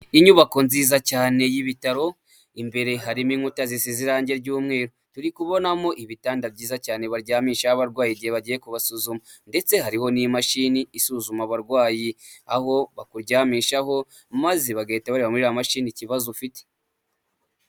Inyubako nziza cyane y'ibitaro imbere harimo inkuta zisize irangi ry'umweru turi kubonamo ibitanda byiza cyane baryamishaho abarwayi bagiye kubasuzuma, ndetse hariho n'imashini isuzuma abarwayi, aho bakuryamishaho maze bagahita bareba muri iriya mashini kibazo ufite.